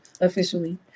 officially